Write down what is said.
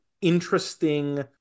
interesting